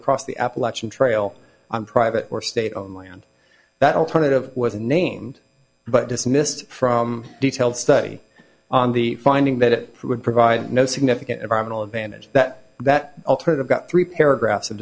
across the appalachian trail on private or state own land that alternative was named but dismissed from detailed study on the finding that it would provide no significant environmental advantage that that alternative got three paragraphs of